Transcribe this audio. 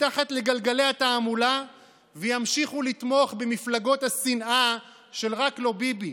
מתחת לגלגלי התעמולה וימשיכו לתמוך במפלגות השנאה של "רק לא ביבי".